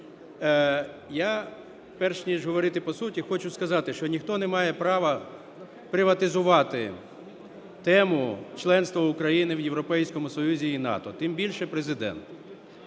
Я, перш ніж говорити по суті, хочу сказати, що ніхто не має права приватизувати тему членства України в Європейському Союзі і НАТО, тим більше Президент.